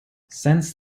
since